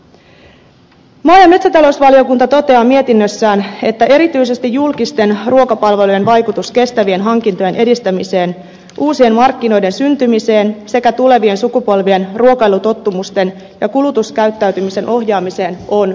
maa ja metsätalousvaliokunta toteaa mietinnössään että erityisesti julkisten ruokapalvelujen vaikutus kestävien hankintojen edistämiseen uusien markkinoiden syntymiseen sekä tulevien sukupolvien ruokailutottumusten ja kulutuskäyttäytymisen ohjaamiseen on merkittävä